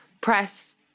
press